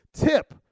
Tip